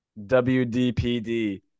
WDPD